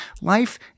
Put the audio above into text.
Life